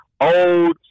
old